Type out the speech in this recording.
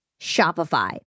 Shopify